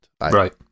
Right